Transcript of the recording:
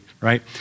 right